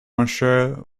monsieur